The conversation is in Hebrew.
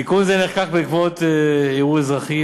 תיקון זה נחקק בעקבות ערעור אזרחי